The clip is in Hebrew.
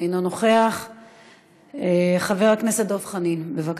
אתם חורגים לגמרי מהזמן.